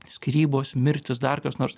skyrybos mirtys dar kas nors